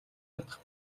чадах